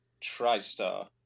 TriStar